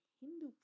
Hindu